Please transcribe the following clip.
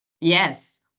Yes